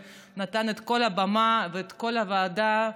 ונתן את כל הבמה ואת כל הוועדה,